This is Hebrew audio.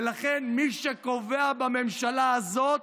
ולכן, מי שקובע בממשלה הזאת